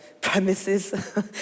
premises